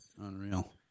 unreal